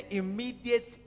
immediate